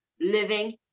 living